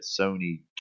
Sony